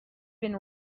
been